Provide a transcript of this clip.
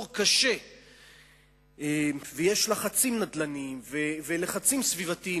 קשה ויש לחצים נדל"ניים ולחצים סביבתיים,